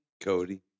Cody